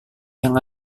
yang